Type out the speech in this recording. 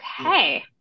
Okay